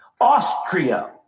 Austria